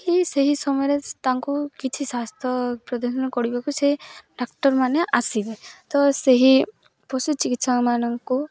କି ସେହି ସମୟରେ ତାଙ୍କୁ କିଛି ସ୍ୱାସ୍ଥ୍ୟ ପ୍ରଦର୍ଶନ କରିବାକୁ ସେ ଡାକ୍ଟରମାନେ ଆସିବେ ତ ସେହି ପଶୁ ଚିକିତ୍ସାମାନଙ୍କୁ